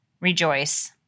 rejoice